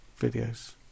videos